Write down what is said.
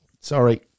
Sorry